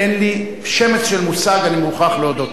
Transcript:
אין לי שמץ של מושג, אני מוכרח להודות.